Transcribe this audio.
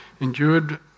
endured